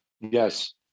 Yes